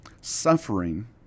suffering